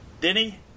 Denny